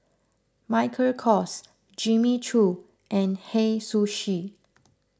Michael Kors Jimmy Choo and Hei Sushi